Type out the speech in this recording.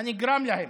הנגרם להם,